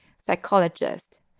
psychologist